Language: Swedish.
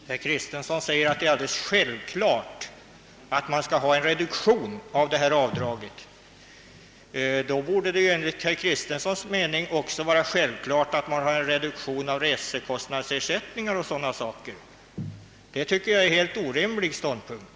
Herr talman! Herr Kristenson sade att det är alldeles självklart att detta avdrag skall reduceras efter ett visst antal mil. Då borde det ju enligt herr Kristensons mening också vara självklart med en reduktion av resekostnadsersättningar. Jag tycker att det är en helt orimlig ståndpunkt.